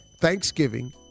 Thanksgiving